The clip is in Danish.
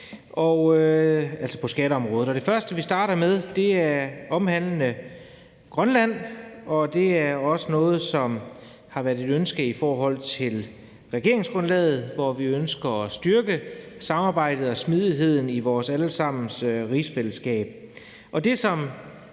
Det første handler om Grønland, og det har også været et ønske i forhold regeringsgrundlaget, hvor vi ønsker at styrke samarbejdet og smidigheden i vores allesammens rigsfællesskab.